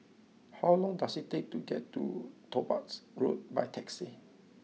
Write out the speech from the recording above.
how long does it take to get to Topaz Road by taxi